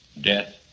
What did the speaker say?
death